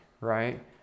right